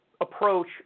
approach